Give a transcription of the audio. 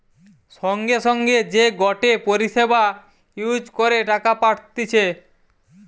সঙ্গে সঙ্গে যে গটে পরিষেবা ইউজ করে টাকা পাঠতিছে